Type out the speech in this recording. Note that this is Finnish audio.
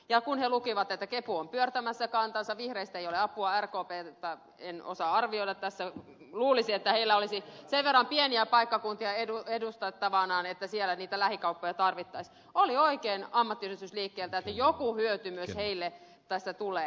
ja kun he pamissa lukivat että kepu on pyörtämässä kantansa vihreistä ei ole apua rkptä en osaa arvioida tässä luulisi että heillä olisi sen verran pieniä paikkakuntia edustettavanaan että siellä niitä lähikauppoja tarvittaisiin oli oikein ammattiyhdistysliikkeeltä että joku hyöty myös työntekijöille tässä tulee